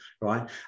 right